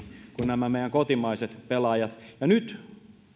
kuin nämä meidän kotimaiset pelaajamme ja nyt